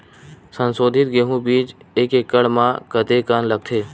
संसोधित गेहूं बीज एक एकड़ म कतेकन लगथे?